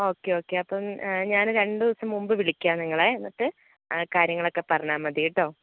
okay okay അപ്പം ഞാൻ രണ്ടു ദിവസം മുൻപ് വിളിക്കാം നിങ്ങളെ എന്നിട്ട് കാര്യങ്ങളൊക്കെ പറഞ്ഞാൽ മതി കേട്ടോ